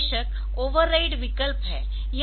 बेशक ओवरराइड विकल्प है